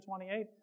28